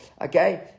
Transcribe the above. Okay